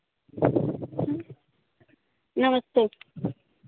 नमस्ते